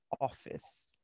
office